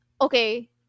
okay